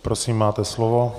Prosím, máte slovo.